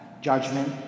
judgment